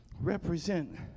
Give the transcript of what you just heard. represent